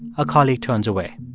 a colleague turns away.